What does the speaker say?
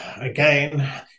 again